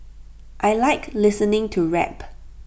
I Like listening to rap